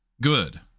Good